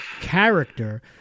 character